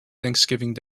thanksgiving